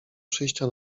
przyjścia